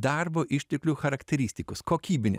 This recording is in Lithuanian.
darbo išteklių charakteristikos kokybinė